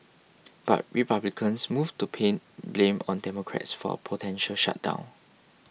but Republicans moved to pin blame on Democrats for a potential shutdown